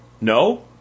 No